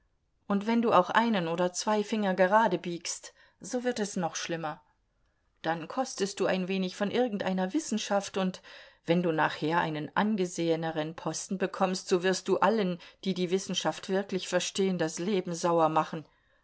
und wenn du auch einen oder zwei finger gerade biegst so wird es noch schlimmer dann kostest du ein wenig von irgendeiner wissenschaft und wenn du nachher einen angeseheneren posten bekommst so wirst du allen die die wissenschaft wirklich verstehen das leben sauer machen